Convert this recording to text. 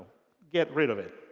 get rid of it.